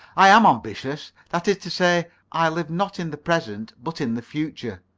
i am ambitious. that is to say, i live not in the present, but in the future.